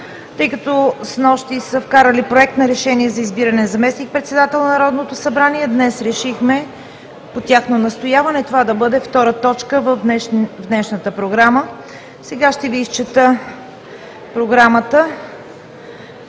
тъй като снощи са вкарали Проект на решение за избиране на заместник-председател на Народното събрание, по тяхно настояване решихме това да бъде втора точка в днешната програма. Сега ще Ви изчета Програмата